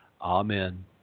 Amen